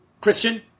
Christian